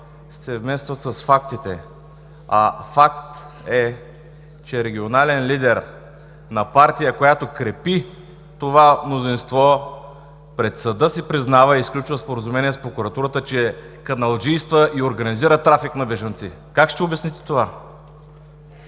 вместват с фактите? А факт е, че регионален лидер на партия, която крепи това мнозинство, пред съда си признава и сключва споразумение с прокуратурата, че каналджийства и организира трафик на бежанци. Как ще обясните това?